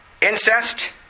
Incest